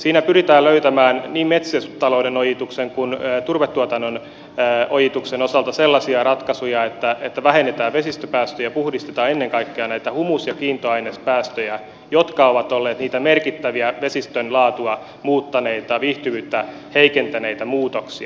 siinä pyritään löytämään niin metsätalouden ojituksen kuin turvetuotannon ojituksen osalta sellaisia ratkaisuja että vähennetään vesistöpäästöjä puhdistetaan ennen kaikkea näitä humus ja kiintoainespäästöjä jotka ovat olleet niitä merkittäviä vesistön laatua muuttaneita viihtyvyyttä heikentäneitä muutoksia